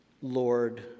Lord